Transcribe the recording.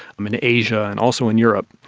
um in asia and also in europe.